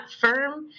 firm